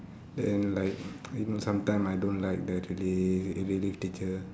then like you know sometimes I don't like the relief relief teacher